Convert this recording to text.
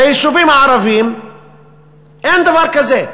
ביישובים הערביים אין דבר כזה.